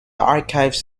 archives